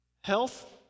health